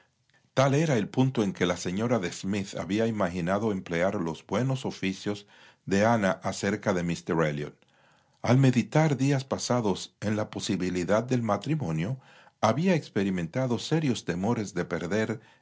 tal era el punto en que la señora de smith había imaginado emplear los buenos oficios de ana cerca de míster elliot al meditar días pasados en la posibilidad del matrimonio había experimentado serios temores de perder